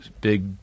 big